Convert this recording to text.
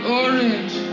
orange